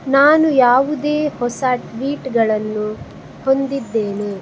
ನಾನು ಯಾವುದೇ ಹೊಸ ಟ್ವೀಟ್ಗಳನ್ನು ಹೊಂದಿದ್ದೇನೆ